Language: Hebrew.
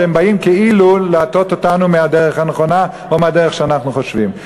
שהם באים כאילו להטות אותנו מהדרך הנכונה או מהדרך שאנחנו חושבים.